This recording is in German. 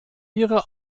ihre